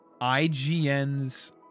IGN's